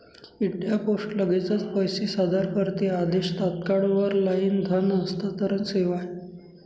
India post लगेचच पैसे सादर करते आदेश, तात्काळ वर लाईन धन हस्तांतरण सेवा आहे